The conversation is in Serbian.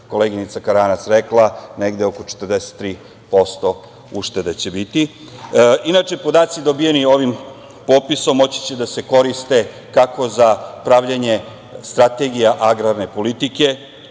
koleginica Karanac rekla, negde oko 43% uštede će biti. Inače, podaci dobijeni ovim popisom moći će da se koriste kako za pravljenje strategije agrarne politike,